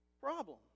problem